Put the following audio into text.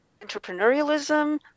entrepreneurialism